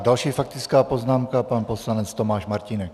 Další faktická poznámka, pan poslanec Tomáš Martínek.